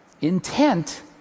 Intent